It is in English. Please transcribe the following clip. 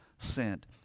sent